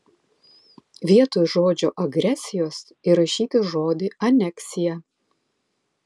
vietoj žodžio agresijos įrašyti žodį aneksija